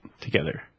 together